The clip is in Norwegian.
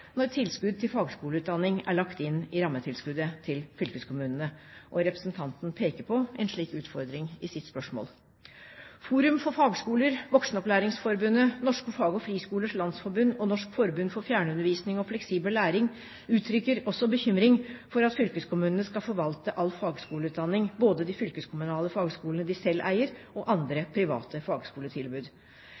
når tilskudd til fagskoleutdanning er lagt inn i rammetilskuddet til fylkeskommunene. Representanten peker på en slik utfordring i sitt spørsmål. Forum for Fagskoler, Voksenopplæringsforbundet, Norske Fag- og Friskolers Landsforbund og Norsk forbund for fjernundervisning og fleksibel utdanning uttrykker også bekymring for at fylkeskommunene skal forvalte all fagskoleutdanning, både de fylkeskommunale fagskolene de selv eier, og andre, private fagskoletilbud.